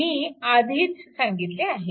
मी आधीच सांगितले आहे